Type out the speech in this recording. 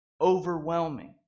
overwhelming